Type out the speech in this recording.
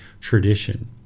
tradition